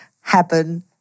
happen